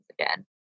again